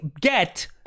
get